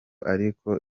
ariko